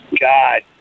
God